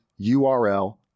URL